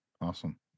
Awesome